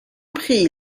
prie